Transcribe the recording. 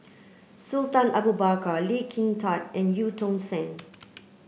Sultan Abu Bakar Lee Kin Tat and Eu Tong Sen